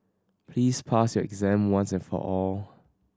please pass your exam once and for all